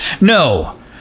No